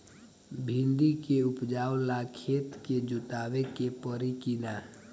भिंदी के उपजाव ला खेत के जोतावे के परी कि ना?